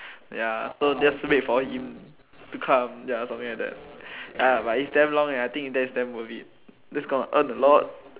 ya so just wait for him to come ya something like that ya but is damn long eh that is damn worth it that's gonna earn a lot